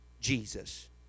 Jesus